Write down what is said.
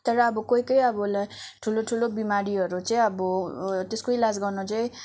तर अब कही कोही अब ल ठुलो ठुलो बिमारीहरू चाहिँ अब त्यसको इलाज गर्न चाहिँ